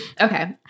Okay